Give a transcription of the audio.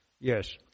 Yes